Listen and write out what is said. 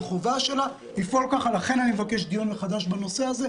זאת חובה שלה לפעול ככה ולכן אני מבקש דיון מחדש בנושא הזה,